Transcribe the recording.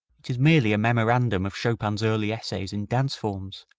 it is merely a memorandum of chopin's early essays in dance forms.